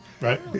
right